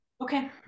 Okay